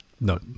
No